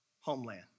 homeland